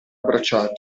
abbracciati